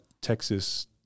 Texas